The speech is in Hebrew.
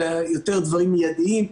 אלא יותר דברים מיידיים,